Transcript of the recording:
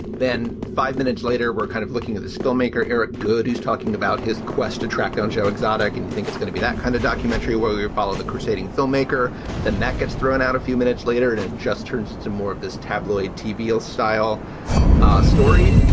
then five minutes later, we're kind of looking at this filmmaker, eric goode, who's talking about his quest to track down joe exotic. and you think it's gonna be that kind of documentary where you follow the crusading filmmaker and that gets thrown out a few minutes later. and it just turns to more of this tabloid tv style story,